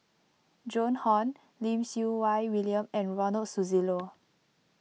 Joan Hon Lim Siew Wai William and Ronald Susilo